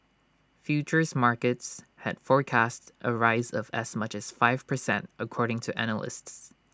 futures markets had forecast A rise of as much as five per cent according to analysts